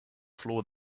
floor